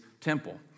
temple